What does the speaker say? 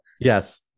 Yes